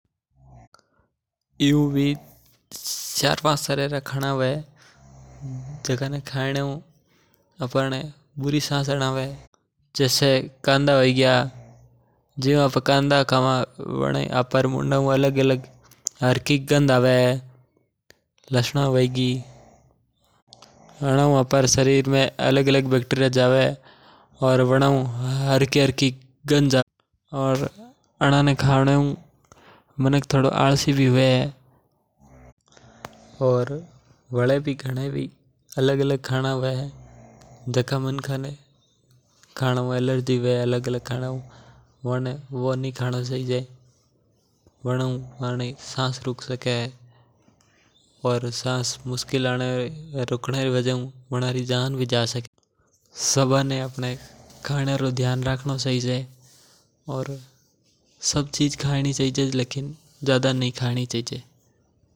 एयो तो कई तरह खाना हव्वे जिका ने खानवा हु अपने बुरी सास आणवे। जेसे कांदा है गिया लसना है गिया वणा ने खानवा सास में तकलीफ होई सके। कांदा खानवा हु मुंडो बासे और सास में भी तकलीफ दे सके। वाले भी अलग अलग खाना हुवे जिका हु मंका ने एलर्जी हव्वे वणा ने वे नहीं खाना चाहिजे।